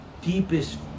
deepest